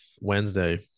Wednesday